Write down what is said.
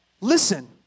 Listen